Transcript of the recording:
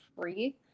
free